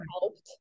helped